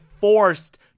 forced